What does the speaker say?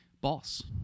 Boss